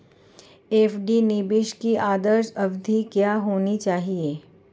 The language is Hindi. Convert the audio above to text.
एफ.डी निवेश की आदर्श अवधि क्या होनी चाहिए?